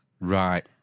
Right